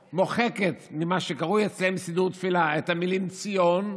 מוחקת ממה שקרוי אצלם סידור תפילה את המילה "ציון",